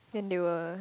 then they were